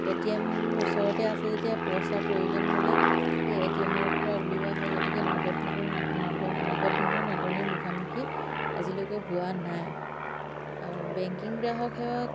এ টি এমসমূহ ওচৰতে আছে যেতিয়া পইচা প্ৰয়োজন হ'লে সেই এ টি এমৰপৰা উলিওৱা হয় গতিকে নগদ ধৰণৰ নগদ ধনৰ নাটনি মুখামুখি আজিলৈকে হোৱা নাই আৰু বেংকিং গ্ৰাহকসেৱা